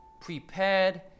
prepared